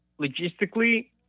logistically